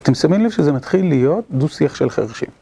אתם שמים לב שזה מתחיל להיות דו-שיח של חרשים.